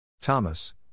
Thomas